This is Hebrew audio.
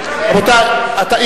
אפשר להתנגד.